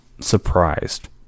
surprised